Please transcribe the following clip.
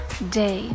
day